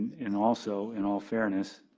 and also, in all fairness,